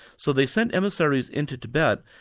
so they sent emissaries into tibet,